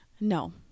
No